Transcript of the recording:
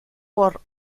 por